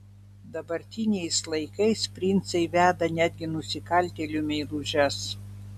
dabartiniais laikais princai veda netgi nusikaltėlių meilužes